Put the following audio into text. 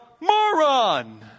moron